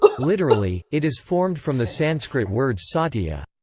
literally, it is formed from the sanskrit words satya,